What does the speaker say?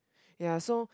ya so